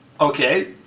Okay